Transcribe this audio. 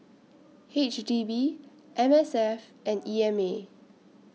H D B M S F and E M A